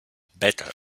better